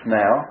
now